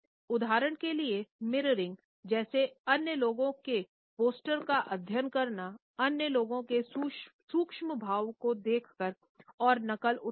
उदाहरण के लिए मिर्रोरिंगजैसे अन्य लोगों के पोस्टर का अध्ययन करना अन्य लोगों के सूक्ष्म भाव को देखकर और नकल उतारना